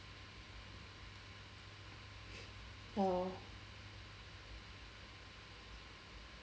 ya lor